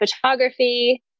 photography